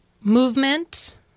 movement